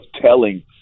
telling